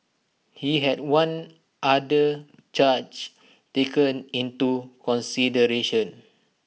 he had one other charge taken into consideration